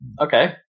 okay